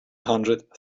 hundred